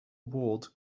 ward